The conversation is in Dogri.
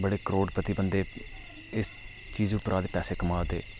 बड़े करोड़पति बंदे इस चीज उप्परा पैसे कमा दे